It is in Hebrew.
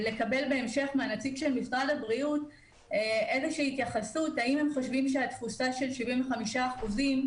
ההמלצה שלנו היא להוריד את התפוסה באוטובוסים ל-50%,